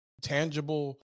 tangible